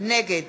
נגד